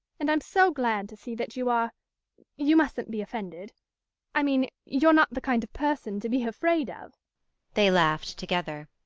and i'm so glad to see that you are you mustn't be offended i mean you're not the kind of person to be afraid of they laughed together.